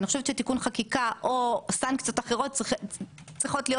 תיקון חקיקה או סנקציות אחרות צריכים להיות